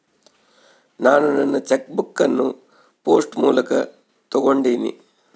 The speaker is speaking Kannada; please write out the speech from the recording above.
ನಾನು ನನ್ನ ಚೆಕ್ ಬುಕ್ ಅನ್ನು ಪೋಸ್ಟ್ ಮೂಲಕ ತೊಗೊಂಡಿನಿ